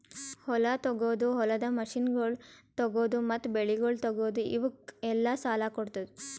ಹೊಲ ತೊಗೋದು, ಹೊಲದ ಮಷೀನಗೊಳ್ ತೊಗೋದು, ಮತ್ತ ಬೆಳಿಗೊಳ್ ತೊಗೋದು, ಇವುಕ್ ಎಲ್ಲಾ ಸಾಲ ಕೊಡ್ತುದ್